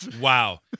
Wow